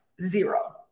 zero